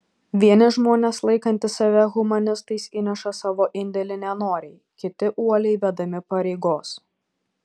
vieni žmonės laikantys save humanistais įneša savo indėlį nenoriai kiti uoliai vedami pareigos